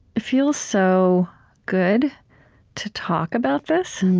it feels so good to talk about this.